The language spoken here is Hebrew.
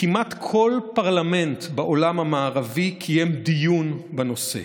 כמעט כל פרלמנט בעולם המערבי קיים דיון בנושא.